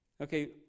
Okay